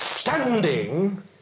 standing